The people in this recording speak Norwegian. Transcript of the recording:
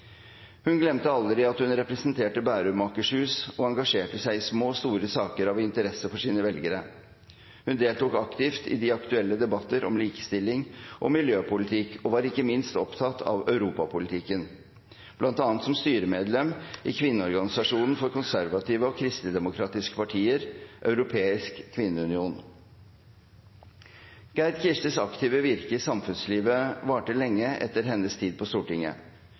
Hun glemte aldri at hun representerte Bærum og Akershus og engasjerte seg i små og store saker av interesse for sine velgere. Hun deltok aktivt i de aktuelle debatter om likestilling og miljøpolitikk og var ikke minst opptatt av europapolitikken, bl.a. som styremedlem i kvinneorganisasjonen for konservative og kristelig-demokratiske partier, Europeisk Kvinneunion. Gerd Kirstes aktive virke i samfunnslivet varte lenge etter hennes tid på Stortinget.